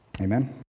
Amen